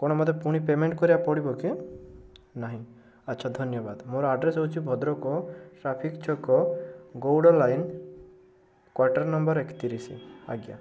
କଣ ମୋତେ ପୁଣି ପେମେଣ୍ଟ କରିବାକୁ ପଡ଼ିବ କି ନାହିଁ ଆଚ୍ଛା ଧନ୍ୟବାଦ ମୋର ଆଡ୍ରେସ୍ ହେଉଛି ଭଦ୍ରକ ଟ୍ରାଫିକ୍ ଛକ ଗଉଡ଼ ଲାଇନ୍ କ୍ଵାଟର୍ ନମ୍ବର୍ ଏକତିରିଶ ଆଜ୍ଞା